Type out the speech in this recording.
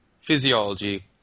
physiology